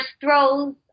throws